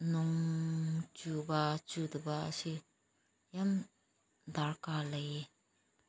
ꯅꯣꯡ ꯆꯨꯕ ꯆꯨꯗꯕ ꯑꯁꯤ ꯌꯥꯝ ꯗꯔꯀꯥꯔ ꯂꯩꯌꯦ